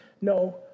No